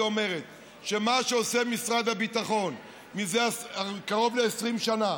היא שמה שעושה משרד הביטחון זה קרוב ל-20 שנה,